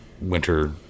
winter